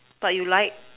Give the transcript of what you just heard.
but you like